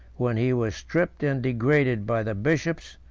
when he was stripped and degraded by the bishops,